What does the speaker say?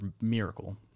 miracle